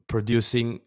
Producing